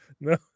No